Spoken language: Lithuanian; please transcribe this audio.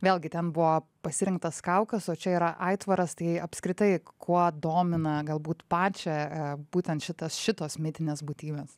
vėlgi ten buvo pasirinktas kaukas o čia yra aitvaras tai apskritai kuo domina galbūt pačią būtent šitas šitos mitinės būtybės